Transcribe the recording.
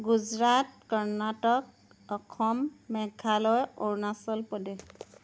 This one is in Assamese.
গুজৰাট কৰ্ণাটক অসম মেঘালয় অৰুণাচল প্ৰদেশ